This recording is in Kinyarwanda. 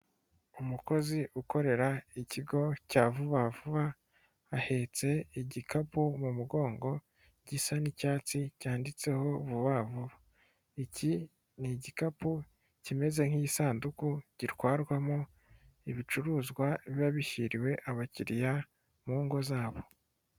Umukozi ukorera ikigo cya vuba vuba ahetse igikapu mu mugongo gisa n'icyatsi, cyanditseho vuba vuba. Iki ni igikapu kimeze nk'isanduku, gitwarwamo ibicuruzwa biba bishyiriwe abakiriya mu ngo zabo.